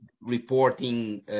reporting